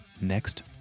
next